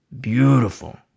Beautiful